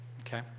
Okay